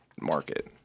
market